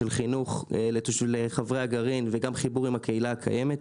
של חינוך לחברי הגרעין וגם חיבור עם הקהילה הקיימת.